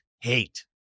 Hate